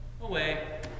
away